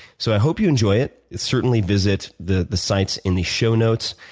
so i hope you enjoy it. certainly visit the the sites in the show notes.